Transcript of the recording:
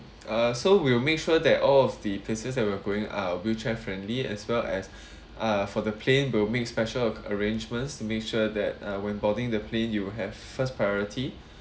uh so we will make sure that all of the places that we are going are wheelchair friendly as well as uh for the plane will make special arrangements to make sure that uh when boarding the plane you will have first priority